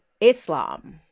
Islam